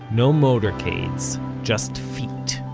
no motorcades, just feet